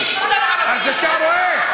אז אתה רואה?